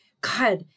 god